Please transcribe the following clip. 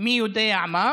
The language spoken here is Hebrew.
מי יודע מה,